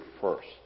first